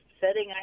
setting